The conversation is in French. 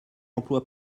emplois